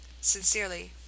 Sincerely